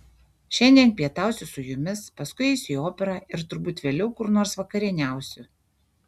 šiandien pietausiu su jumis paskui eisiu į operą ir turbūt vėliau kur nors vakarieniausiu